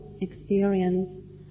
experience